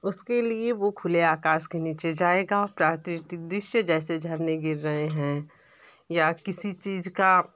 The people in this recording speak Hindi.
उसके लिए वो खुले आकाश के नीचे जाएगा प्राकृतिक दृश्य जैसे झरने गिर रहे हैं या किसी चीज़ का